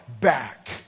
back